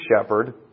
shepherd